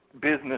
business